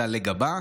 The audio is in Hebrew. זה עלי גבה.